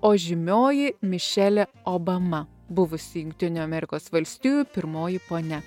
o žymioji mišelė obama buvusi jungtinių amerikos valstijų pirmoji ponia